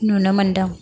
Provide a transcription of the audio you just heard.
नुनो मोनदों